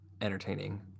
entertaining